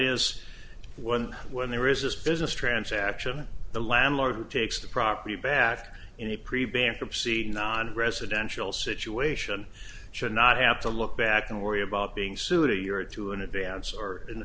one when there is this business transaction the landlord who takes the property back in the pre bankruptcy nonresidential situation should not have to look back and worry about being sued a year or two in advance or in the